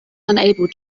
unable